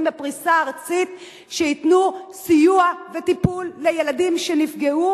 בפריסה ארצית שייתנו סיוע וטיפול לילדים שנפגעו?